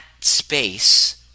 space